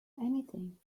anything